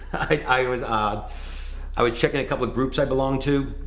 i was ah i was checking a couple of groups i belong to.